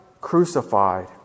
crucified